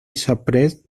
suppress